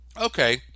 Okay